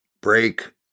break